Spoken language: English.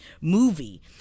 movie